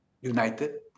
united